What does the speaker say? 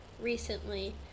recently